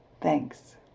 Thanks